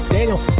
Daniel